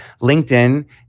linkedin